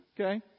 Okay